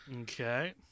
Okay